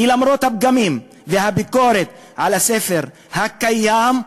כי למרות הפגמים והביקורת על הספר הקיים,